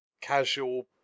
casual